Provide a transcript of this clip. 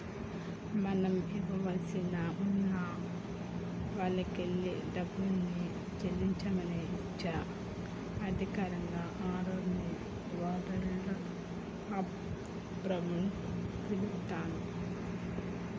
మనం ఇవ్వాల్సి ఉన్న వాల్లకెల్లి డబ్బుని చెల్లించమని ఇచ్చే అధికారిక ఆర్డర్ ని వారెంట్ ఆఫ్ పేమెంట్ పిలుత్తున్రు